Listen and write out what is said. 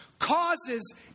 Causes